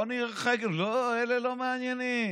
לא, אלה לא מעניינים,